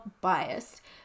biased